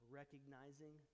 recognizing